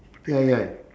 ya ya